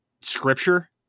scripture